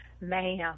ma'am